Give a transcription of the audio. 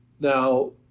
Now